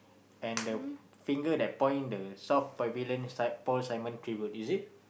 and the finger that point the South Pavilion is like Paul Simon is it